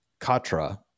Katra